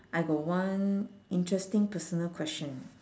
I got one interesting personal question